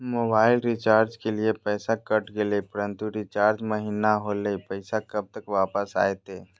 Mobile recharge के लिए पैसा कट गेलैय परंतु रिचार्ज महिना होलैय, पैसा कब तक वापस आयते?